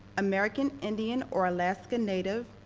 american indian or alaskan native,